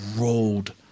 rolled